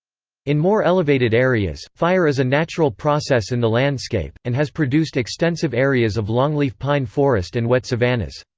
in more elevated areas, fire is a natural process in the landscape, and has produced extensive areas of longleaf pine forest and wet savannas.